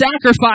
sacrifice